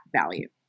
value